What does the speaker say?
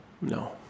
No